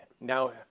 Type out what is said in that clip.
now